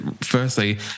Firstly